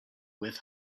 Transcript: with